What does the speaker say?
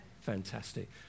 Fantastic